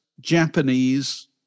japanese